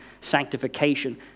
sanctification